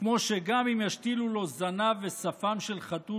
כמו שגם אם ישתילו לו זנב ושפם של חתול,